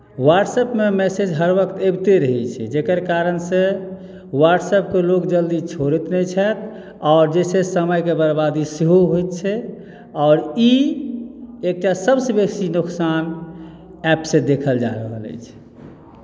व्हाट्सऐपमे message हर वक्त अबिते रहैत छै जकर कारणसँ व्हाट्सऐपकेँ लोक जल्दी छोड़ैत नहि छथि आओर जाहिसँ समयके बर्बादी सेहो होइत छै आओर ई एकटा सभसँ बेसी नुकसान ऐपसँ देखल जा रहल अछि